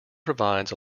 provides